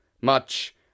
Much